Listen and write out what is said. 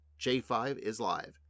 J5IsLive